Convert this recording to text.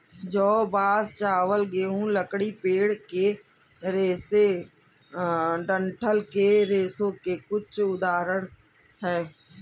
जौ, बांस, चावल, गेहूं, लकड़ी, पेड़ के रेशे डंठल के रेशों के कुछ उदाहरण हैं